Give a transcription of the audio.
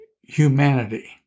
humanity